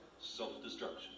self-destruction